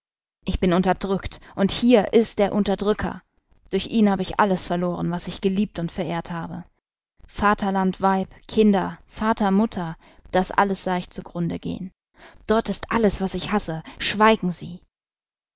ich bin unterdrückt und hier ist der unterdrücker durch ihn hab ich alles verloren was ich geliebt und verehrt habe vaterland weib kinder vater mutter das alles sah ich zu grunde gehen dort ist alles was ich hasse schweigen sie